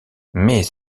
mais